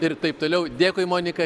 ir taip toliau dėkui monika